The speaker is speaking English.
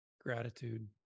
Gratitude